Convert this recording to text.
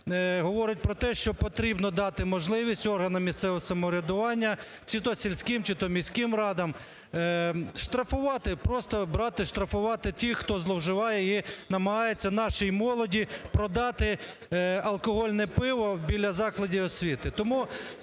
говорить про те, що потрібно дати можливість органам місцевого самоврядування – чи то сільським, чи то міським радам штрафувати, просто брати штрафувати тих, хто зловживає і намагається нашій молоді продати алкогольне пиво біля закладів освіти.